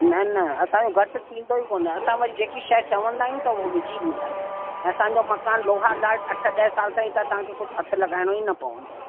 न न असांजो घटि थींदो ई कोन्हे असां वरी जेकी चवंदा त हूअ विझी ॾींदा आहियूं त असांजा मकान लोहा लाइ अठ ॾह साल ताईं त तव्हांखे कुझु हथ लॻाइणो ई न पवंदो